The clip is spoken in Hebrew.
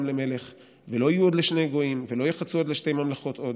למלך ולא יהיו עוד לשני גוים ולא יחצו עוד לשתי ממלכות עוד.